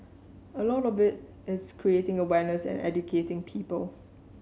a lot of it is creating awareness and educating people